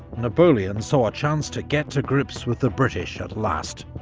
napoleon saw a chance to get to grips with the british at last.